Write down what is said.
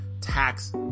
tax